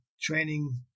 training